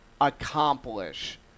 accomplish